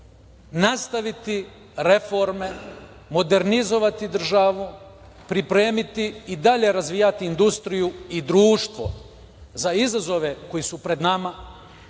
nastaviti reforme, modernizovati državu, pripremiti i dalje razvijati industriju i društvo za izazove koji su pred nama,